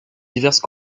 diverses